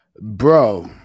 Bro